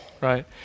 right